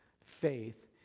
faith